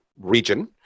region